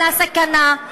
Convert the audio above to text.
על הסכנה,